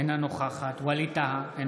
אינה נוכחת ווליד טאהא,